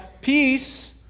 peace